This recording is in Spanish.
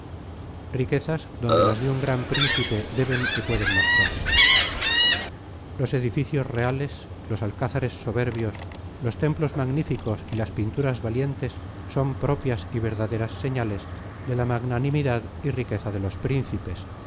riquezas donde las de un gran príncipe deben y pueden mostrarse los edificios reales los alcázares soberbios los templos magníficos y las pinturas valientes son propias y verdaderas señales de la magnanimidad y riqueza de los principes